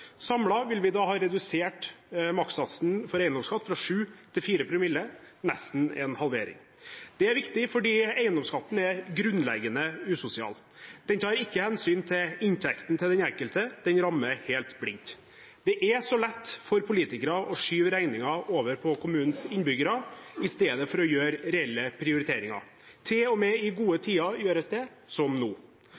vil vi da ha redusert makssatsen for eiendomsskatt fra 7 til 4 promille, nesten en halvering. Det er viktig fordi eiendomsskatten er grunnleggende usosial. Den tar ikke hensyn til inntekten til den enkelte; den rammer helt blindt. Det er så lett for politikere å skyve regningen over på kommunens innbyggere i stedet for å gjøre reelle prioriteringer. Til og med i gode